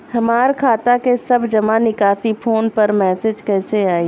हमार खाता के सब जमा निकासी फोन पर मैसेज कैसे आई?